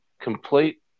complete